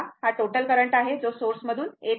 हा total current आहे जो सोर्स मधून येत आहे